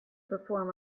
perform